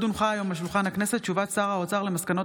עוד הונחה היום על שולחן הכנסת הודעת שר האוצר על מסקנות